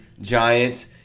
Giants